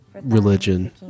religion